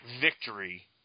victory